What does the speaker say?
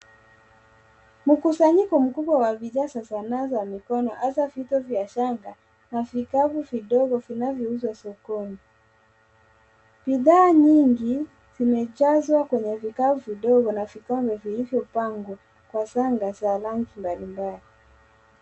Mkusanyiko mkubwa wa bidhaa za sanaa za mikono hasa fito vya shanga na vikapu vidogo vinavyouzwa sokoni. Bidhaa nyingi, zimejazwa kwenye vikapu vidogo na vikombe vilivyopangwa kwa shanga za rangi mbalimbali.